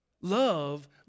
Love